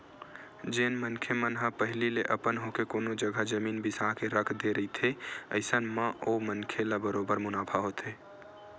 जेन मनखे मन ह पहिली ले अपन होके कोनो जघा जमीन बिसा के रख दे रहिथे अइसन म ओ मनखे ल बरोबर मुनाफा होथे